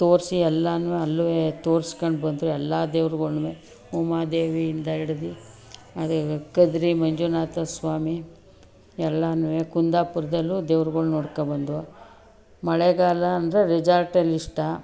ತೋರಿಸಿ ಎಲ್ಲನೂ ಅಲ್ಲೇ ತೋರಿಸ್ಕೊಂಡ್ಬಂದು ಎಲ್ಲ ದೇವ್ರುಗಳನ್ನೂ ಉಮಾದೇವಿಯಿಂದ ಹಿಡ್ದು ಅದೇ ಕದ್ರಿ ಮಂಜುನಾಥ ಸ್ವಾಮಿ ಎಲ್ಲನೂ ಕುಂದಾಪುರದಲ್ಲೂ ದೇವ್ರುಗಳು ನೋಡ್ಕೊ ಬಂದೋ ಮಳೆಗಾಲ ಅಂದರೆ ರೆಜಾರ್ಟಲ್ಲಿ ಇಷ್ಟ